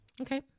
Okay